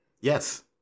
yes